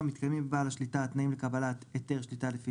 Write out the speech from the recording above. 7.מתקיימים לבעל השליטה התנאים לקבלת היתר שליטה לפי